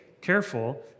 careful